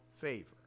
favor